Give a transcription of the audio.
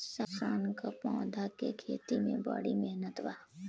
सन क पौधा के खेती में बड़ी मेहनत बा